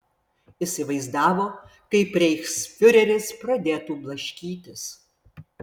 įsivaizdavo kaip reichsfiureris pradėtų blaškytis